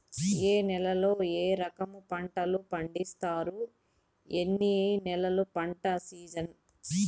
ఏ నేలల్లో ఏ రకము పంటలు పండిస్తారు, ఎన్ని నెలలు పంట సిజన్?